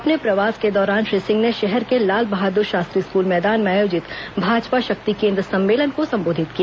अपने प्रवास के दौरान श्री सिंह ने शहर के लाल बहादुर शास्त्री स्कूल मैदान में आयोजित भाजपा शक्ति केंद्र सम्मेलन को संबोधित किया